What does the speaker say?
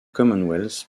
commonwealth